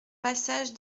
passage